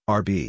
rb